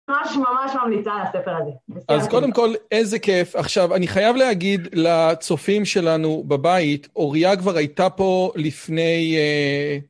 ממש ממש ממליצה על הספר הזה. אז קודם כל, איזה כיף. עכשיו, אני חייב להגיד לצופים שלנו בבית, אוריה כבר הייתה פה לפני...